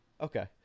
Okay